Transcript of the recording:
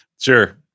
sure